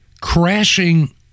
crashing